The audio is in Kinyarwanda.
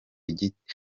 gito